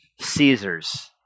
Caesar's